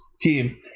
team